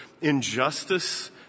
injustice